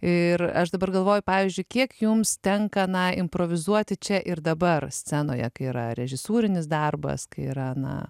ir aš dabar galvoju pavyzdžiui kiek jums tenka na improvizuoti čia ir dabar scenoje kai yra režisūrinis darbas kai yra na